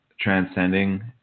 transcending